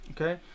Okay